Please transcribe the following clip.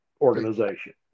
organization